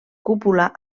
cúpula